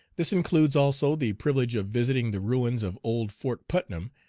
this includes also the privilege of visiting the ruins of old fort putnam,